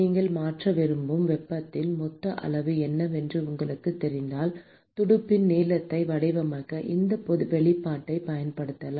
நீங்கள் மாற்ற விரும்பும் வெப்பத்தின் மொத்த அளவு என்னவென்று உங்களுக்குத் தெரிந்தால் துடுப்பின் நீளத்தை வடிவமைக்க இந்த வெளிப்பாட்டைப் பயன்படுத்தலாம்